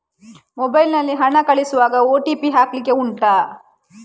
mobile ನಲ್ಲಿ ಹಣ ಕಳಿಸುವಾಗ ಓ.ಟಿ.ಪಿ ಹಾಕ್ಲಿಕ್ಕೆ ಉಂಟಾ